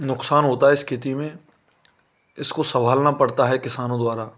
नुक्सान होता है इस खेती में इसको संभालना पड़ता है किसानों द्वारा